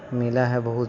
ملا ہے بہت